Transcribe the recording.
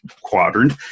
quadrant